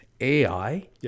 AI